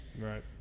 Right